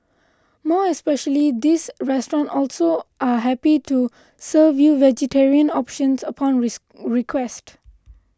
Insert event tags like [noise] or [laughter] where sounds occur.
more especially this restaurant also are happy to serve you vegetarian options upon [hesitation] request